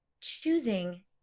choosing